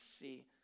see